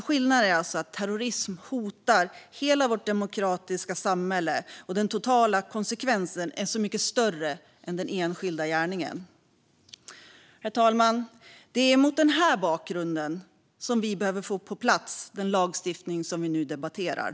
Skillnaden är alltså att terrorism hotar hela vårt demokratiska samhälle, och den totala konsekvensen är mycket större än den enskilda gärningen. Herr talman! Det är mot den bakgrunden vi behöver få på plats den lagstiftning som vi nu debatterar.